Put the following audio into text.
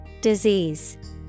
Disease